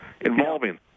involving